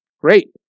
Great